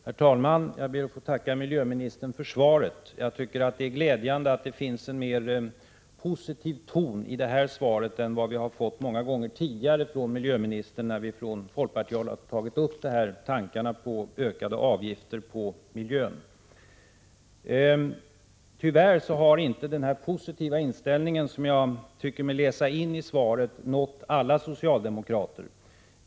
Herr talman! Jag ber att få tacka miljöministern för svaret. Det är glädjande att det finns en mer positiv ton i det här svaret än vad som varit fallet många gånger tidigare när vi från folkpartiet fört fram tanken på ökade avgifter på miljön. Tyvärr har inte den positiva inställning som jag tycker mig läsa in i svaret nått alla socialdemokrater.